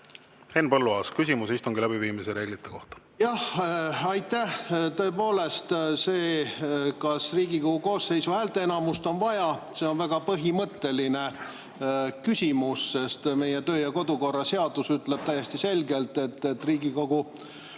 Henn Põlluaas, küsimus istungi läbiviimise reeglite kohta. Aitäh! Tõepoolest on see, kas Riigikogu koosseisu häälteenamust on vaja, väga põhimõtteline küsimus, sest meie töö- ja kodukorra seadus ütleb täiesti selgelt, et Riigikogu